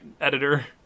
editor